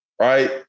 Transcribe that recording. Right